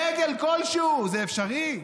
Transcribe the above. דגל כלשהו, זה אפשרי?